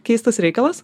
keistas reikalas